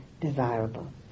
desirable